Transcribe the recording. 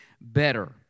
better